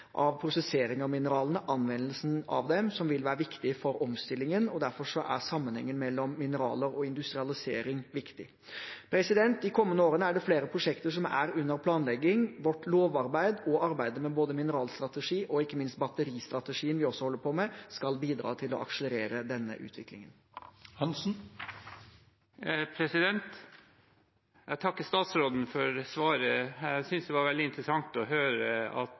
prosessering av mineraler og anvendelse av dem, som vil være viktig for omstillingen. Derfor er sammenhengen mellom mineraler og industrialisering viktig. De kommende årene er det flere prosjekter som er under planlegging. Vårt lovarbeid og arbeidet med både mineralstrategi og ikke minst batteristrategien, som vi også holder på med, skal bidra til å akselerere denne utviklingen. Jeg takker statsråden for svaret. Jeg synes det var veldig interessant å høre at